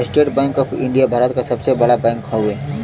estate bank of India Bharat क सबसे बड़ा बैंक हौ